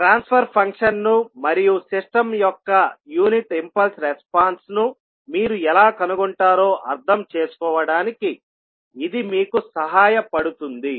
transfer ఫంక్షన్ను మరియు system యొక్క యూనిట్ ఇంపల్స్ రెస్పాన్స్ ను మీరు ఎలా కనుగొంటారో అర్థం చేసుకోవడానికి ఇది మీకు సహాయపడుతుంది